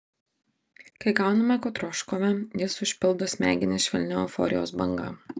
kai gauname ko troškome jis užpildo smegenis švelnia euforijos banga